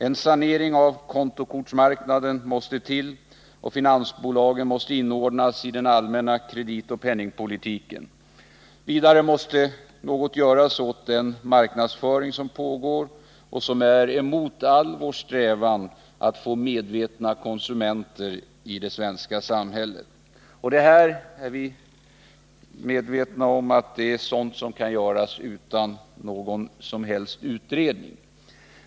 En sanering av kontokortsmarknaden måste till, och finansbolagen måste inordnas i den allmänna kreditoch 127 penningpolitiken. Vidare måste något göras åt den marknadsföring som pågår och som är emot all vår strävan att få medvetna konsumenter i det svenska samhället. Vi är medvetna om att detta är åtgärder som kan vidtas utan någon som helst utredning.